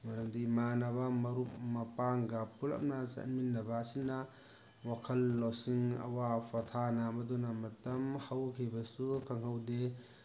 ꯃꯔꯝꯗꯤ ꯏꯃꯥꯟꯅꯕ ꯃꯔꯨꯞ ꯃꯄꯥꯡꯒ ꯄꯨꯜꯂꯞꯅ ꯆꯠꯃꯤꯟꯅꯕ ꯑꯁꯤꯅ ꯋꯥꯈꯜ ꯂꯧꯁꯤꯡ ꯑꯋꯥ ꯄꯣꯊꯥꯅꯕꯗꯨꯅ ꯃꯇꯝ ꯍꯧꯈꯤꯕꯁꯨ ꯈꯪꯍꯧꯗꯦ